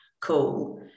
cool